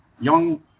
young